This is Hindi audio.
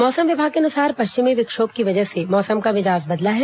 मौसम विभाग के अनुसार पश्चिमी विक्षोभ की वजह से मौसम का मिजाज बदला है